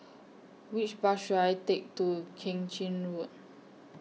Which Bus should I Take to Keng Chin Road